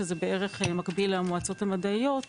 שזה בערך מקביל למועצות המדעיות,